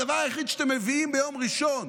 הדבר היחיד שאתם מביאים ביום ראשון